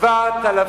7,000